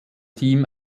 team